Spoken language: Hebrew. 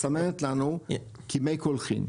מסמנת לנו כמי קולחין.